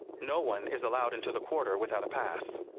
no one is allowed into the quarter without a pass.